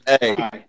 Hey